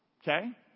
Okay